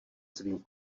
svým